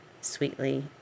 sweetly